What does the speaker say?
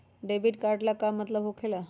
Debit card के का मतलब होकेला?